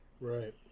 Right